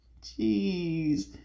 jeez